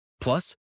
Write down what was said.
plus